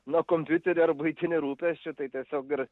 nuo kompiuterio ar buitinių rūpesčių tai tiesiog ir